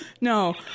no